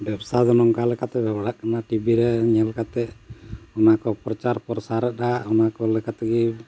ᱵᱮᱵᱽᱥᱟ ᱫᱚ ᱱᱚᱝᱠᱟ ᱞᱮᱠᱟᱛᱮ ᱵᱮᱵᱟᱲᱦᱟᱜ ᱠᱟᱱᱟ ᱴᱤᱵᱷᱤᱨᱮ ᱧᱮᱞ ᱠᱟᱛᱮᱫ ᱚᱱᱟ ᱠᱚ ᱯᱨᱚᱪᱟᱨ ᱯᱨᱚᱥᱟᱨᱮᱫᱼᱟ ᱚᱱᱟ ᱠᱚ ᱞᱮᱠᱟᱛᱮᱜᱮ